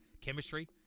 Chemistry